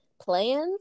plans